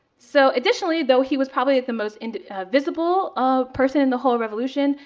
so additionally, though he was probably the most and visible ah person in the whole revolution,